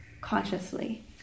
consciously